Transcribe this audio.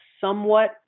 somewhat